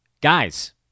Guys